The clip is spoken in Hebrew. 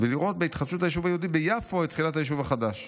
ולראות בהתחדשות היישוב היהודי ביפו את תחילת היישוב החדש".